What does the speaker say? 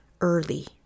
early